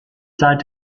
seit